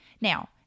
Now